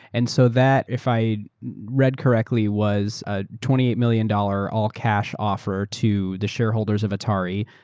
and so that, if i read correctly, was a twenty eight million dollars all-cash offer to the shareholders of atari.